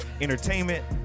entertainment